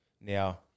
Now